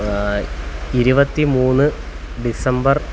ഇരുപത്തി മൂന്ന് ഡിസംബർ